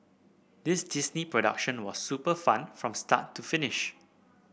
this Disney production was super fun from start to finish